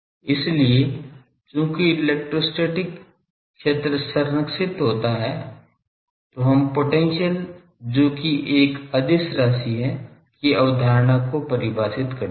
इसलिए चूंकि इलेक्ट्रोस्टैटिक क्षेत्र संरक्षित होता है तो हम पोटेंशियल जो कि एक अदिश राशि है की अवधारणा को परिभाषित करते हैं